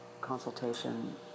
consultation